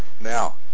Now